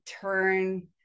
turn